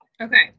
Okay